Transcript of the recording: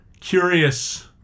curious